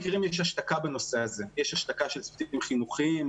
להיות להט"ב הוא לא רק הסעיף של חינוך למיניות,